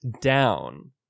down